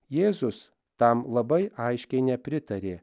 jėzus tam labai aiškiai nepritarė